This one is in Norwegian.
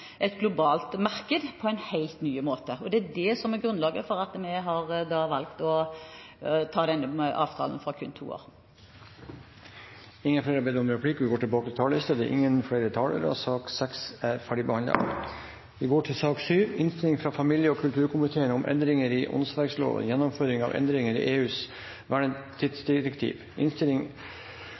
et globalt marked på en helt ny måte. Det er det som er grunnlaget for at vi har valgt å ha denne avtalen for kun to år. Replikkordskiftet er omme. Flere har ikke bedt om ordet til sak nr. 6. Etter ønske fra familie- og kulturkomiteen